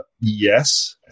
Yes